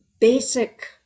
basic